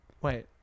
Wait